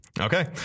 Okay